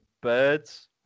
birds